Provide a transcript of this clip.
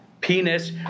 penis